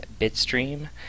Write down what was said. bitstream